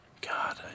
God